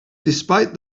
despite